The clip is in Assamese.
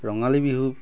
ৰঙালী বিহুক